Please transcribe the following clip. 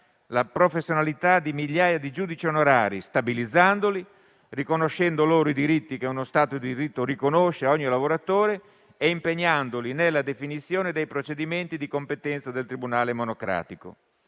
la professionalità di migliaia di giudici onorari, stabilizzandoli, riconoscendo loro i diritti che uno Stato di diritto riconosce a ogni lavoratore e impegnandoli nella definizione dei procedimenti di competenza del tribunale monocratico.